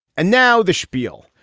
and now the spiel.